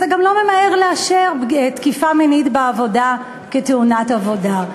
אתה גם לא ממהר לאשר תקיפה מינית בעבודה כתאונת עבודה.